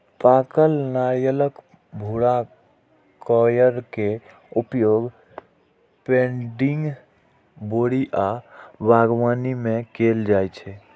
पाकल नारियलक भूरा कॉयर के उपयोग पैडिंग, बोरी आ बागवानी मे कैल जाइ छै